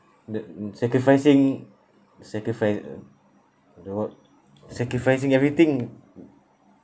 the sacrificing sacrifice uh sacrificing everything